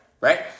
right